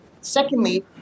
Secondly